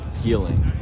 healing